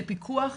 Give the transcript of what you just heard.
לפיקוח,